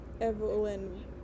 Evelyn